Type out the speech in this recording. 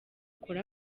akore